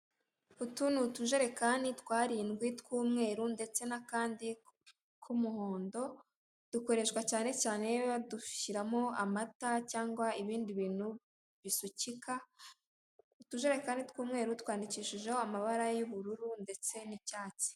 Utu ni utujerekani tw'arindwi tw'umweru ndetse n'akandi k'umuhondo, dukoreshwa cyane cyane iyo badushyiramo amata cyangwa ibindi bintu bisukika, utujerekani tw'umweru twandikishijeho amabara y'ubururu ndetse n'icyatsi.